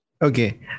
Okay